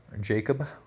Jacob